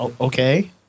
Okay